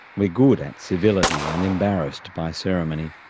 we're good at civility and embarrassed by ceremony,